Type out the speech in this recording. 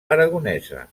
aragonesa